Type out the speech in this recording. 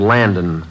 Landon